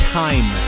time